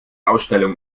ausstellung